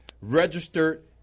registered